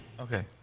Okay